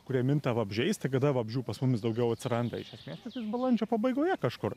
kurie minta vabzdžiais tai kada vabzdžių pas mumis daugiau atsiranda iš esmės tiktais balandžio pabaigoje kažkur